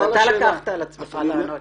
אבל אתה לקחת על עצמך לענות.